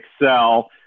Excel